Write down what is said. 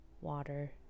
water